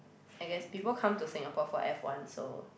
I guess people come to Singapore for F-one so